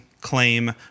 claim